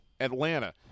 Atlanta